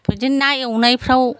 बिदि ना एवनायफ्राव